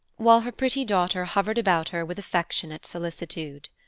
while her pretty daughter hovered about her with affectionate solicitude.